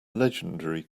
legendary